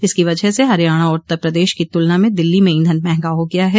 इसकी वजह से हरियाणा और उत्तर प्रदेश की तुलना में दिल्ली में ईंधन महंगा हो गया है